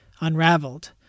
Unraveled